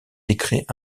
décret